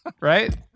right